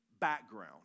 background